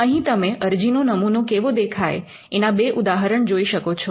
અહીં તમે અરજીનો નમુનો કેવો દેખાય એના બે ઉદાહરણ જોઈ શકો છો